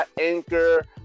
anchor